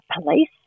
police